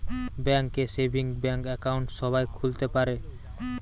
bank এ savings bank account সবাই খুলতে পারে